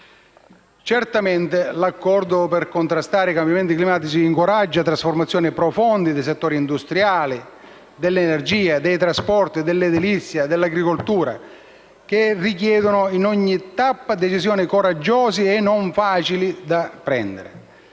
Certamente l'Accordo per contrastare i cambiamenti climatici incoraggia trasformazioni profonde dei settori industriali, dell'energia, dei trasporti, dell'edilizia, dell'agricoltura, che richiedono in ogni tappa decisioni coraggiose e non facili.